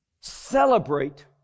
celebrate